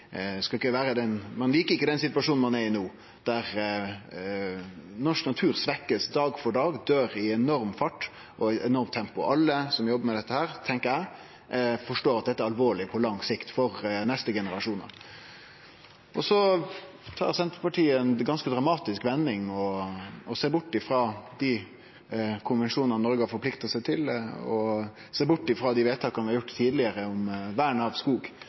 den situasjonen ein er i no, der norsk natur blir svekt dag for dag og døyr i ein enorm fart og i eit enormt tempo. Alle som jobbar med dette – tenkjer eg – forstår at dette er alvorleg på lang sikt, for dei neste generasjonane. Så tar Senterpartiet ei ganske dramatisk vending og ser bort frå dei konvensjonane Noreg har forplikta seg til, og dei vedtaka vi har gjort tidlegare om vern av skog,